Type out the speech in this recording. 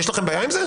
יש לכם בעיה עם זה?